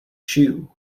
chew